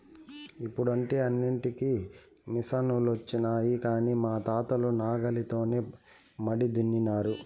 ఇప్పుడంటే అన్నింటికీ మిసనులొచ్చినాయి కానీ మా తాతలు నాగలితోనే మడి దున్నినారు